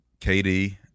KD